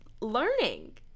learning